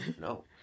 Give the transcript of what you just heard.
no